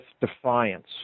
defiance